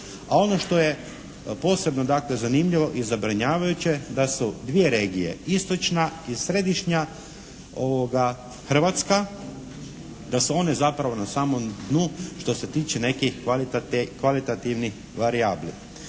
a ono što je posebno dakle zanimljivo i zabrinjavajuće da su dvije regije, istočna i središnja Hrvatska da su one zapravo na samom dnu što se tiče nekih kvalitativnih varijabli.